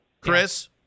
Chris